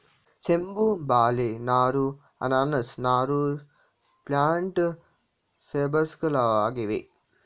ಸೆಣಬು, ಬಾಳೆ ನಾರು, ಅನಾನಸ್ ನಾರು ಪ್ಲ್ಯಾಂಟ್ ಫೈಬರ್ಸ್ಗಳಾಗಿವೆ